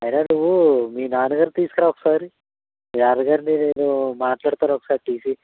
అయినా నువ్వు మీ నాన్నగారిని తీసుకురా ఒకసారి మీ నాన్నగారిని నేను మాట్లాడతాను ఒకసారి టీసీ